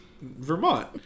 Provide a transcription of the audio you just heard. Vermont